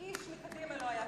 איש מקדימה לא היה.